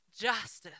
justice